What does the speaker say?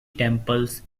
temples